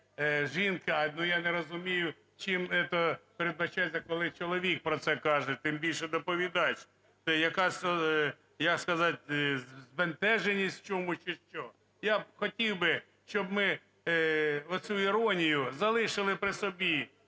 жінка, але я не розумію, чим це передбачається, коли чоловік про це каже, тим більше доповідач. Це якась, як сказати, збентеженість в чомусь чи що? Я хотів би, щоб ми оцю іронію залишили при собі,